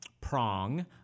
prong